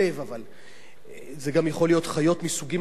אבל זה גם יכול להיות חיות מסוגים אחרים,